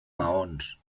maons